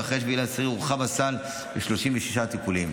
ואחרי 7 באוקטובר הורחב הסל ל-36 טיפולים.